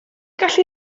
gallu